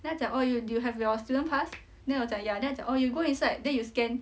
then 他讲 oh you you have your student pass then 我讲 ya then 他讲 you go inside then you scan